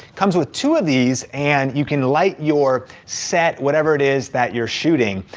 comes with two of these and you can light your set, whatever it is that you're shooting.